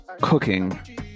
Cooking